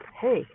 hey